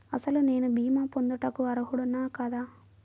అసలు నేను భీమా పొందుటకు అర్హుడన కాదా?